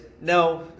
no